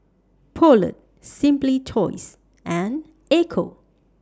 Poulet Simply Toys and Ecco